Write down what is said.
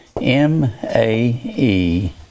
M-A-E